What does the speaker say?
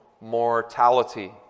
mortality